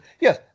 Yes